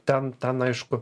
ten ten aišku